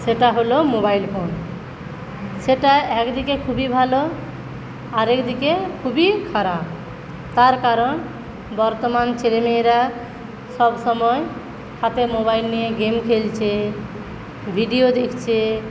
সেটা হল mobile phone সেটা একদিকে খুবই ভালো আর একদিকে খুবই খারাপ তার কারণ বর্তমান ছেলেমেয়েরা সবসময় হাতে মোবাইল নিয়ে গেম খেলছে ভিডিও দেখছে